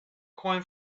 coin